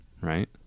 right